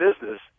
business